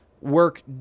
work